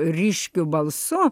ryškiu balsu